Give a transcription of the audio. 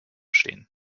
stehen